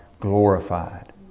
glorified